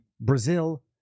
Brazil